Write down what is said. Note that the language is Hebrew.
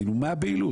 כאילו, מה הבהילות?